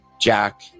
Jack